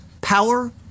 power